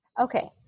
Okay